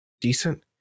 decent